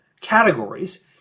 categories